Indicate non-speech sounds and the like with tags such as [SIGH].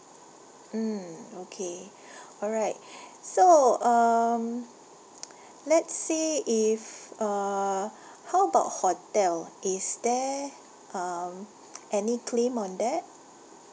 mm okay alright so um [NOISE] let's say if err how about hotel is there um [NOISE] any claim on that